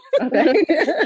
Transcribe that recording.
Okay